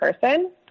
person